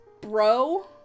bro